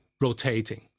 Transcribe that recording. rotating